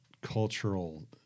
cultural